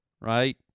right